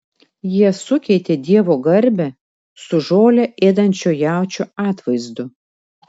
jie sukeitė dievo garbę su žolę ėdančio jaučio atvaizdu